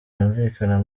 yumvikana